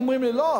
אומרים לי: לא,